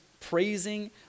praising